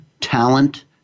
talent